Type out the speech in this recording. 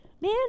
man